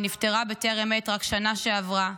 שנפטרה בטרם עת רק בשנה שעברה,